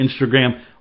Instagram